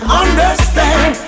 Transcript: understand